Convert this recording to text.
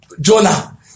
Jonah